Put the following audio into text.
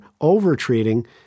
over-treating